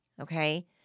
okay